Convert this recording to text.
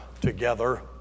together